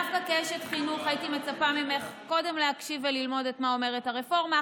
דווקא כאשת חינוך הייתי מצפה ממך קודם להקשיב וללמוד מה אומרת הרפורמה,